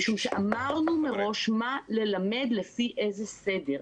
משום שאמרנו מראש מה ללמד לפי איזה סדר,